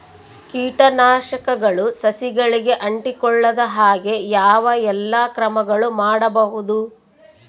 ಕೇಟನಾಶಕಗಳು ಸಸಿಗಳಿಗೆ ಅಂಟಿಕೊಳ್ಳದ ಹಾಗೆ ಯಾವ ಎಲ್ಲಾ ಕ್ರಮಗಳು ಮಾಡಬಹುದು?